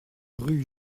rue